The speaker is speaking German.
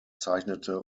zeichnete